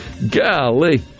Golly